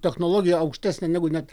technologiją aukštesnę negu net